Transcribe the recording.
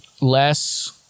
less